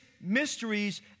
mysteries